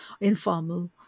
informal